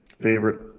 favorite